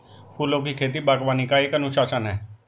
फूलों की खेती, बागवानी का एक अनुशासन है